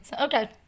Okay